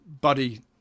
buddy